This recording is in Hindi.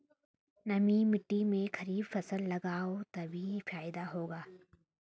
नमी मिट्टी में खरीफ फसल लगाओगे तभी फायदा होगा